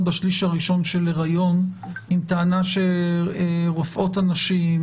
בשליש הראשון של היריון עם טענה שרופאות הנשים,